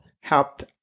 helped